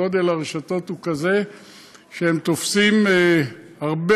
גודל הרשתות הוא כזה שהם תופסים הרבה